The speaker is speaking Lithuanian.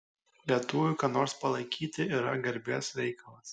lietuviui ką nors palaikyti yra garbės reikalas